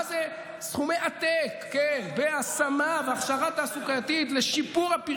מה זה 2 מיליארד שקל השקעות הון ועידוד חדשנות בחקלאות אם לא צמיחה?